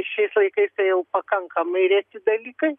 šiais laikais tai jau pakankamai reti dalykai